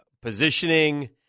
positioning